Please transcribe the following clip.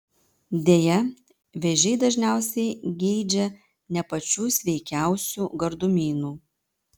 deja vėžiai dažniausiai geidžia ne pačių sveikiausių gardumynų